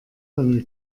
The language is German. alle